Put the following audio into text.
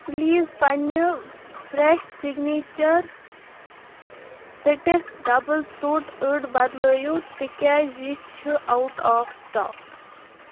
please پنٛنہِ fresh signature ژٔٹِتھ double ژوٚٹ أڈۍ بدلٲیِو تِکیٛاز یہِ چھِ اَوٹ آف سِٹاک